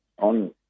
on